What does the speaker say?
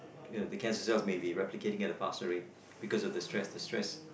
the cancer cells may be replicating at a faster rate because of the stress the stress